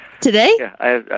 Today